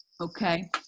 Okay